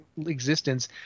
existence